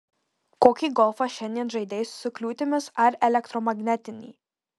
kokį golfą šiandien žaidei su kliūtimis ar elektromagnetinį